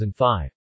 2005